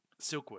Silkwood